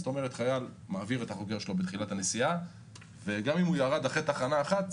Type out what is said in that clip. חייל מעביר את החוגר שלו בתחילת הנסיעה וגם אם ירד אחרי תחנה אחת,